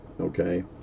okay